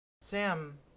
Sam